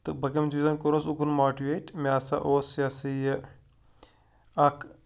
تہٕ بہٕ کٔمۍ چیٖزَن کوٚرُس اُکُن ماٹِویٹ مےٚ ہَسا اوس یہِ ہَسا یہِ اَکھ